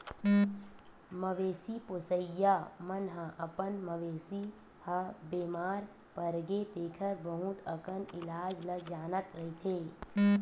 मवेशी पोसइया मन ह अपन मवेशी ह बेमार परगे तेखर बहुत अकन इलाज ल जानत रहिथे